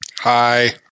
Hi